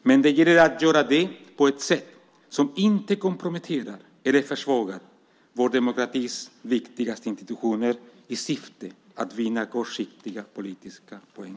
Men det gäller att göra det på ett sätt som inte komprometterar eller försvagar vår demokratis viktigaste institutioner i syfte att vinna kortsiktiga politiska poäng.